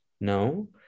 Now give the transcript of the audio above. no